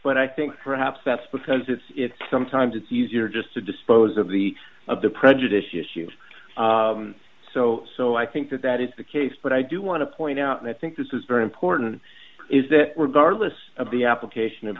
but i think perhaps that's because it's sometimes it's easier just to dispose of the of the prejudice you so so i think that that is the case but i do want to point out and i think this is very important is that we're guard less of the application